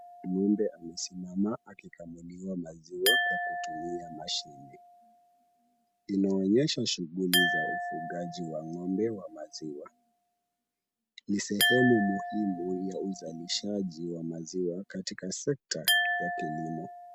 Ng'ombe amesimama akikamuliwa maziwa kwa kutumia mashine. Inaonyesha shughuli za ufugaji wa ng'ombe wa maziwa. Ni sehemu muhimu ya uzalishaji wa maziwa katika sekta ya kilimo.